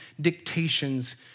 dictations